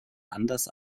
anders